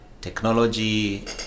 technology